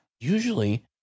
Usually